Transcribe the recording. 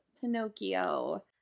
Pinocchio